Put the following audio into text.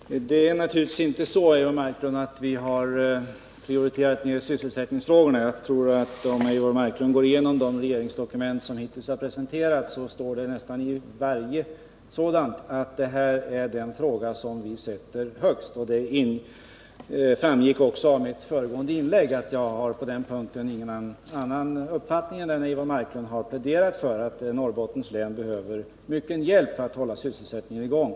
Herr talman! Det är naturligtvis inte så, Eivor Marklund, att vi har givit sysselsättningsfrågorna minskad prioritet. Om Eivor Marklund går igenom de regeringsdokument som hittills har presenterats, skall hon finna att det i nästan varje sådant framhålls att sysselsättningen är den fråga som vi sätter främst. Det framgick också av mitt föregående inlägg att jag på den punkten inte har någon annan uppfattning än den Eivor Marklund har pläderat för, dvs. att Norrbottens län behöver mycken hjälp för att hålla sysselsättningen i gång.